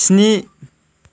स्नि